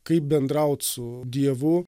kaip bendraut su dievu